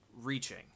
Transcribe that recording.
reaching